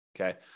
Okay